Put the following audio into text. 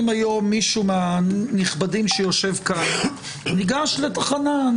אם היום מישהו מהנכבדים שיושב כאן, ניגש לתחנה.